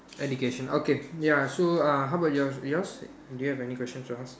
education okay ya so uh how about yours yours do you have any question to ask